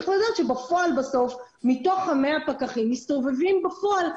צריך לדעת שבפועל בסוף מתוך ה-100 פקחים מסתובבים 20,